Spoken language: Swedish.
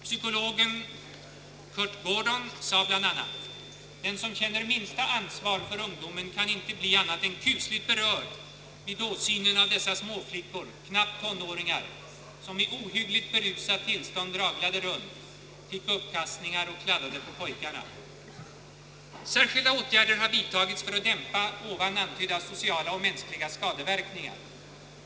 Psykologen Kurt Gordon sade bl.a.: »Den som känner minsta ansvar för ungdomen kan inte bli annat än kusligt berörd vid åsynen av dessa småflickor, knappt tonåringar, som i ohyggligt berusat tillstånd raglade runt, fick uppkastningar och kladdade på pojkarna.» Skilda åtgärder har vidtagits för att dämpa ovan antydda sociala och mänskliga skadeverkningar.